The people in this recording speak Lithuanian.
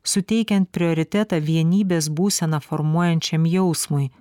suteikiant prioritetą vienybės būseną formuojančiam jausmui